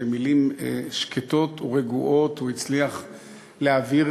במילים שקטות ורגועות הוא הצליח להעביר